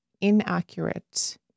Inaccurate